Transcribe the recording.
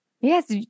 Yes